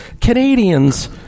canadians